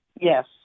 Yes